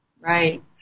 Right